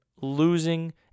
losing